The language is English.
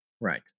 right